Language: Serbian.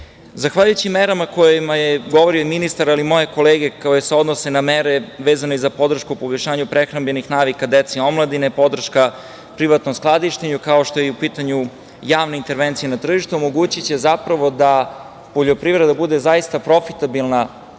ništa. Zahvaljujući merama o kojima je govorio ministar, ali i moje kolege, koje se odnose na mere vezane za podršku poboljšanja prehrambenih navika dece i omladine, podrška privatnom skladištenju, kao što je u pitanju i javna intervencija na tržištu, omogućiće zapravo da poljoprivreda bude zaista profitabilna